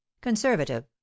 conservative